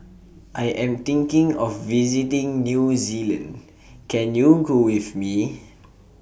I Am thinking of visiting New Zealand Can YOU Go with Me